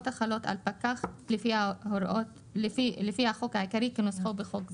החלות על פקח לפי החוק העיקרי כנוסחו בחוק זה".